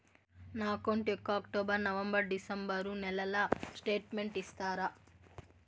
నా అకౌంట్ యొక్క October, November, December నెలల స్టేట్మెంట్ ఇస్తారా?